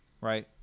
right